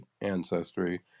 ancestry